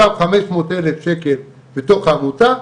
הוא שם חמש מאות אלף שקל בתוך העמותה,